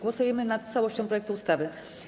Głosujemy nad całością projektu ustawy.